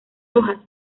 hojas